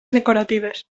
decoratives